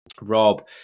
Rob